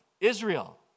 Israel